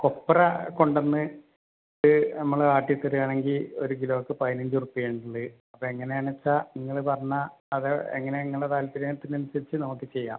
കൊപ്രാ കൊണ്ടുവന്നിട്ട് നമ്മൾ ആട്ടിത്തരുകയാണെങ്കിൽ ഒരു കിലോക്ക് പതിനഞ്ച് ഉറുപ്പ്യ ഉണ്ട് അപ്പം എങ്ങനെയാണെന്ന് വെച്ചാൽ നിങ്ങൾ പറഞ്ഞ അത് എങ്ങനെ നിങ്ങളുടെ താല്പര്യത്തിനനുസരിച്ച് നമുക്ക് ചെയ്യാം